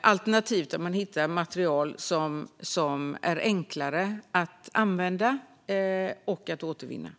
alternativt att man hittar material som är enklare att använda och att återvinna.